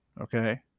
Okay